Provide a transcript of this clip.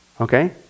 Okay